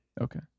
Okay